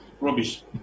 rubbish